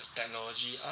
technology